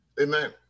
Amen